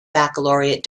baccalaureate